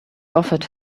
offered